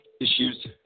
issues